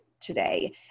today